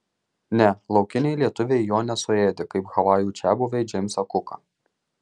ne laukiniai lietuviai jo nesuėdė kaip havajų čiabuviai džeimsą kuką